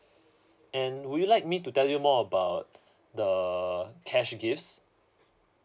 and would you like me to tell you more about the cash gifts